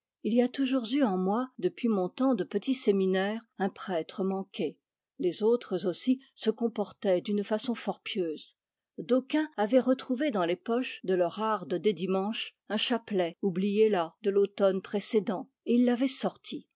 il y a toujours eu en moi depuis mon temps de petit séminaire un prêtre manqué les autres aussi se comportaient d'une façon fort pieuse d'aucuns avaient retrouvé dans les poches de leurs hardes des dimanches un chapelet oublié là de l'automne précédent et ils l'avaient sorti